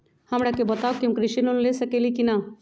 हमरा के बताव कि हम कृषि लोन ले सकेली की न?